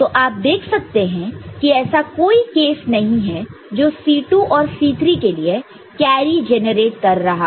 तो आप देख सकते हैं कि ऐसा कोई केस नहीं है जो C2 और C3 के लिए कैरी जेनरेट कर रहा हो